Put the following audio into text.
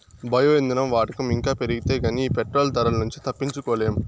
bio ఇంధనం వాడకం ఇంకా పెరిగితే గానీ ఈ పెట్రోలు ధరల నుంచి తప్పించుకోలేం